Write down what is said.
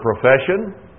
profession